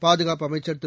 பாதுகாப்பு அமைச்சர் திரு